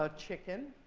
ah chicken.